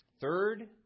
Third